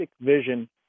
vision